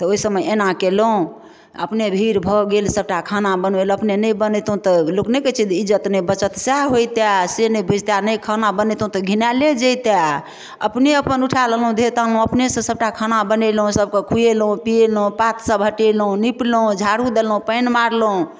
तऽ ओहिसबमे एना कयलहुँ अपने भीड़ भऽ गेल सबटा खाना बनायल अपने नहि बनैतहुँ तऽ लोक नहि कहैत छै ईज्जत नहि बचत सहए होइतै से नहि बचितै नहि खाना बनैतहुँ तऽ घिनाएले जइतै अपने अपन ऊठा लेलहुँ देह ताम अपनेसँ सबटा खाना बनेलहुँ सबके खुएलहुँ पिएलहुँ पात सब हटेलहुँ निपलहुँ झाड़ू देलहुँ पानि मारलहुँ